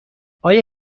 آیا